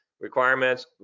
requirements